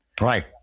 Right